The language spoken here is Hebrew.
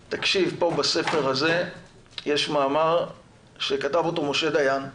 תקשיב, פה בספר הזה יש מאמר שכתב אותו משה דיין,